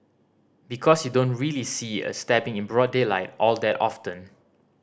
because you don't really see a stabbing in broad daylight all that often